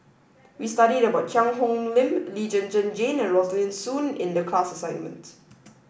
we studied about Cheang Hong Lim Lee Zhen Zhen Jane and Rosaline Soon in the class assignment